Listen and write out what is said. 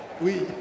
Oui